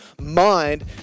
mind